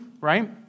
right